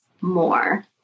more